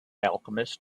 alchemist